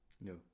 No